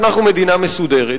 כיוון שאנחנו מדינה מסודרת,